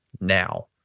now